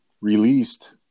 released